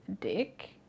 Dick